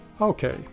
Okay